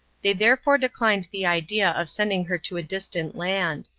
they therefore declined the idea of sending her to a distant land.